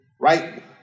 right